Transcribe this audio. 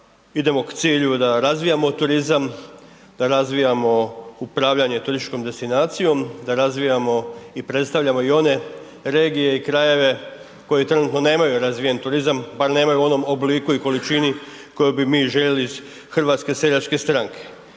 idemo k cilju, da razvijamo turizma, da razvijamo upravljanje turističkom destinacijom, da razvijamo i predstavljamo i one regije i krajeve koji trenutno nemaju razvijen turizam, bar nemaju u onom obliku i količini koju bi željeli iz HSS-a. Jer nedavno